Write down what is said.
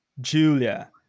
Julia